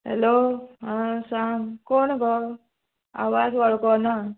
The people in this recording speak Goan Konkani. हॅलो आ सांग कोण गो आवाज वळखना